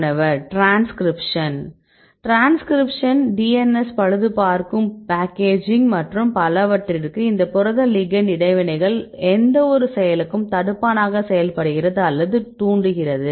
மாணவர் transcription transcription DNS பழுதுபார்க்கும் packaging மற்றும் பலவற்றில் புரத லிகெண்ட் இடைவினைகள் எந்தவொரு செயலுக்கும் தடுப்பானாக செயல்படுகிறது அல்லது தூண்டுகிறது